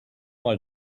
mal